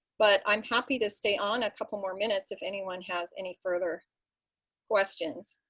but i'm happy to stay on a couple more minutes if anyone has any further questions.